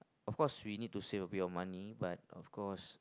of course we need to save a bit of money but of course